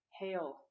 Hail